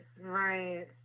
right